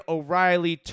O'Reilly